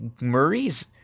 Murray's